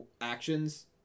actions